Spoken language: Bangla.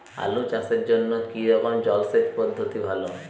আলু চাষের জন্য কী রকম জলসেচ পদ্ধতি ভালো?